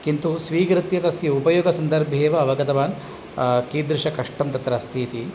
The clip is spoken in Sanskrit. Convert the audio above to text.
किन्तु स्वीकृत्य तस्य उपयोगसन्दर्भे एव अवगतवान् कीदृशकष्टं तत्र अस्ति इति